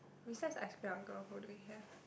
besides ice cream uncle who do we have